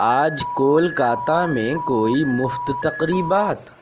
آج کولکتہ میں کوئی مفت تقریبات